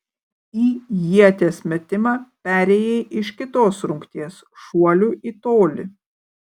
į ieties metimą perėjai iš kitos rungties šuolių į tolį